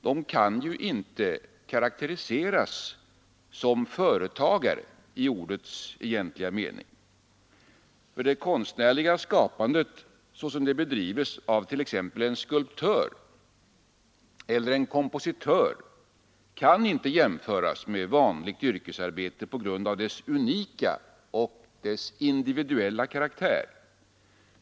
De kan inte karakteriseras som företagare i ordets egentliga mening. Det konstnärliga skapandet såsom det bedrivs av t.ex. en skulptör eller en kompositör kan inte jämföras med vanligt yrkesarbete, på grund av dess unika och dess individuella karaktär.